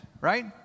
right